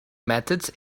methods